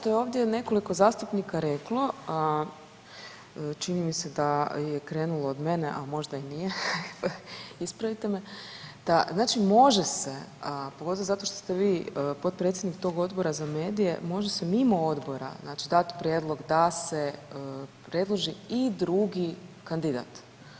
Pa evo ono što je ovdje nekoliko zastupnika reklo a čini mi se da je krenulo od mene, a možda i nije, ispravite me, da znači može se pogotovo zato što ste vi potpredsjednik tog Odbora za medije, može se mimo odbora dati prijedlog da se predloži i drugi kandidat.